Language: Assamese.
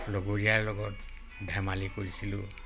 লগৰীয়াৰ লগত ধেমালি কৰিছিলোঁ